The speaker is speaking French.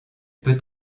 peut